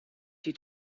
due